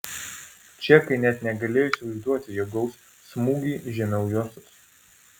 čekai net negalėjo įsivaizduoti jog gaus smūgį žemiau juostos